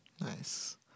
Nice